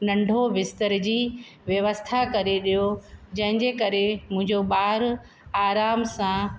नंढो बिस्तर जी व्यवस्था करे ॾियो जंहिंजे करे मुंहिंजो ॿार आराम सां